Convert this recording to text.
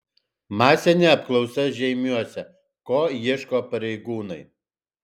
masinė apklausa žeimiuose ko ieško pareigūnai